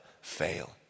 fail